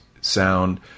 sound